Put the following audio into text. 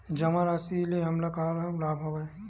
जमा राशि ले हमला का का लाभ हवय?